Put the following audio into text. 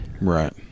Right